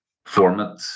format